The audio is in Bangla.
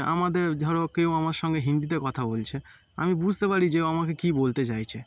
আমাদের ধর কেউ আমার সঙ্গে হিন্দিতে কথা বলছে আমি বুঝতে পারি যে ও আমাকে কী বলতে চাইছে